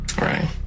right